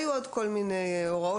היו עוד כל מיני הוראות.